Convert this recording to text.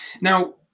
Now